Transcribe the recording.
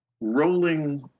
rolling